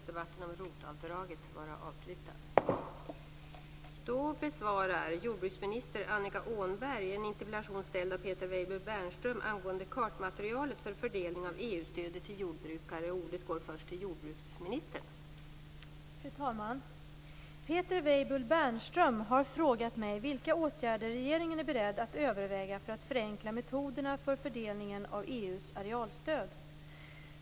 Fru talman! Peter Weibull Bernström har frågat mig vilka åtgärder regeringen är beredd att överväga för att förenkla metoderna för fördelningen av EU:s arealstöd.